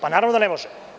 Naravno da ne može.